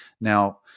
now